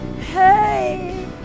Hey